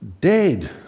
dead